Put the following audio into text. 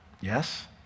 Yes